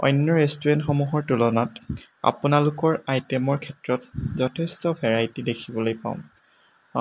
অন্য ৰেষ্টোৰেণ্টসমূহৰ তুলনাত আপোনালোকৰ আইটেমৰ ক্ষেত্ৰত যথেষ্ট ভেৰাইটি দেখিবলৈ পাওঁ